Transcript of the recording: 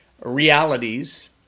realities